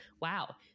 wow